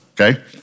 okay